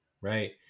Right